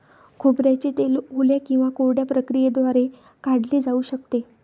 खोबऱ्याचे तेल ओल्या किंवा कोरड्या प्रक्रियेद्वारे काढले जाऊ शकते